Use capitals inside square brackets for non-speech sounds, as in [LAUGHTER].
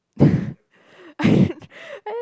[BREATH] [BREATH] I